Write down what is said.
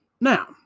Now